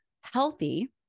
healthy